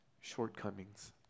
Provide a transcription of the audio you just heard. shortcomings